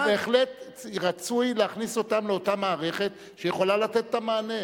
בהחלט רצוי להכניס אותם לאותה מערכת שיכולה לתת את המענה.